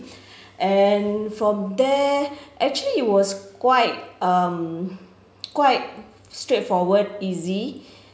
and from there actually it was quite um quite straightforward easy